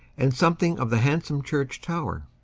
and something of the handsome church tower.